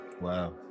Wow